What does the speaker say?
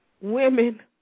women